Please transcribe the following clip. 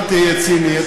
אל תהיה ציני.